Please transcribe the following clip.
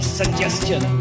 suggestion